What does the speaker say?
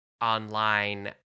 online